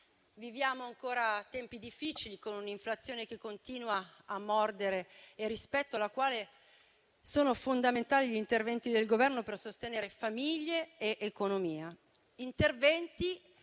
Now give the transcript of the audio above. Viviamo ancora tempi difficili, con un'inflazione che continua a mordere e rispetto alla quale sono fondamentali gli interventi del Governo per sostenere famiglie ed economia;